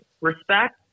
respect